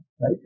right